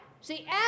See